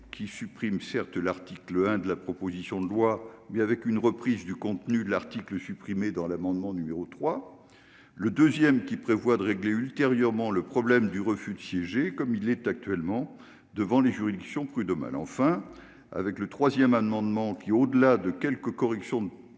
qui supprime certes, l'article 1 de la proposition de loi mais avec une reprise du contenu de l'article supprimer dans l'amendement numéro 3, le deuxième, qui prévoit de régler ultérieurement le problème du refus de siéger comme il est actuellement devant les juridictions prud'homales enfin avec le 3ème, amendement qui, au-delà de quelques corrections de